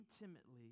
intimately